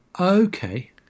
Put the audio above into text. Okay